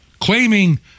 claiming